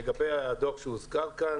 לגבי הדוח שהוזכר כאן